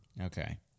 Okay